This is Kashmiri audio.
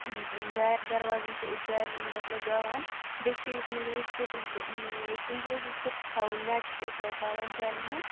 دارِ دَروازَن چھِ أسۍ جالہِ مطلب لگاوان بیٚیہِ چھِ أسۍ مطلب یژِ پھِر حظ بہٕ مطلب شوٚنٛگِو حظ یژِ پھِرِ تہِ تھاوو نٮ۪ٹ چھِ أسۍ لگاوان جالٮ۪ن ہُنٛد